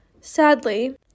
Sadly